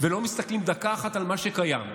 ולא מסתכלת דקה אחת על מה שקיים,